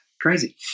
crazy